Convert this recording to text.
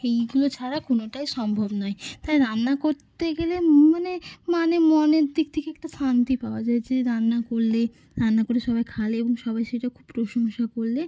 এইগুলো ছাড়া কোনোটাই সম্ভব নয় তাই রান্না করতে গেলে মনে মানে মনের দিক থেকে একটা শান্তি পাওয়া যায় যে রান্না করলে রান্না করে সবাই খাওয়ালে এবং সবাই সেটা খুব প্রশংসা করলে